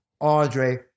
Andre